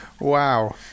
Wow